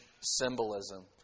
symbolism